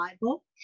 Bible